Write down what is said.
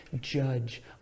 judge